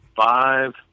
five